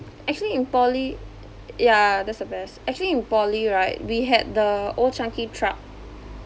actually in poly ya that's the best actually in poly right we had the Old Chang Kee truck